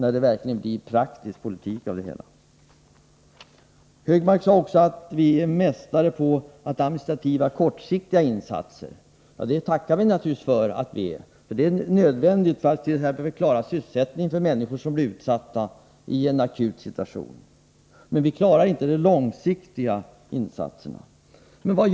Så bedriver vpk praktisk politik. Anders Högmark sade att vi socialdemokrater är mästare på att administrera kortsiktiga insatser. Ja, den komplimangen tackar vi för. Det är nödvändigt för att t.ex. klara sysselsättningen för människor som hamnar i en akut situation. Vi klarar emellertid inte de långsiktiga insatserna, menar man.